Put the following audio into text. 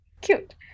cute